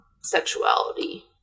sexuality